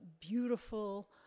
beautiful